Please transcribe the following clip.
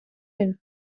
він